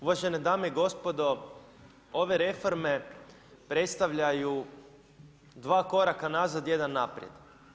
Uvažene dame i gospodo, ove reforme, predstavljaju, dva koraka nazad, jedan naprijed.